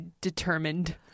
determined